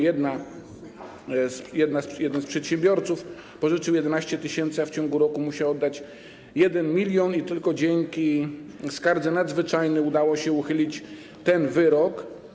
Jeden z przedsiębiorców pożyczył 11 tys., a w ciągu roku musiał oddać 1 mln i tylko dzięki skardze nadzwyczajnej udało się uchylić ten wyrok.